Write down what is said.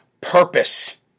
purpose